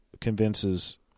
convinces